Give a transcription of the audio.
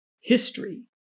history